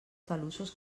talussos